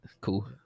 Cool